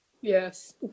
Yes